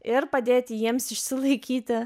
ir padėti jiems išsilaikyti